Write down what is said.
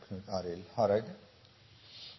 Knut Arild Hareide